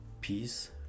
peace